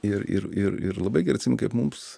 ir ir ir ir labai gerai atsimenu kaip mums